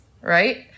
right